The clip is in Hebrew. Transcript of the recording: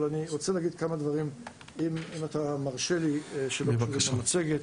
אני רוצה להגיד עוד כמה דברים שלא מופיעים במצגת.